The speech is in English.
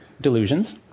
delusions